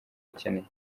ukeneye